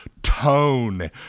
tone